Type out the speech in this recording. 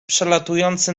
przelatujący